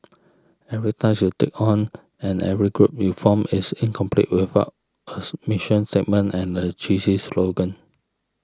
every task you take on and every group you form is incomplete without a submission statement and a cheesy slogan